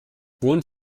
wohnt